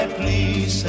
please